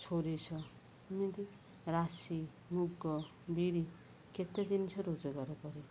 ସୋରିଷ ଏମିତି ରାଶି ମୁଗ ବିରି କେତେ ଜିନିଷ ରୋଜଗାର କରେ